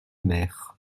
mer